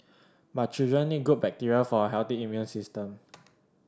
but children need good bacteria for a healthy immune system